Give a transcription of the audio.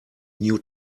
new